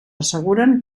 asseguren